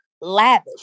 lavish